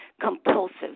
compulsive